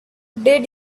did